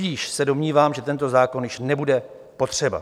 Tudíž se domnívám, že tento zákon již nebude potřeba.